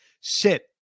sit